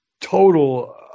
total